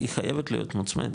היא חייבת להיות מוצמדת,